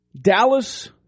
Dallas